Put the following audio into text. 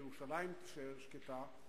שירושלים תישאר שקטה.